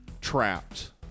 trapped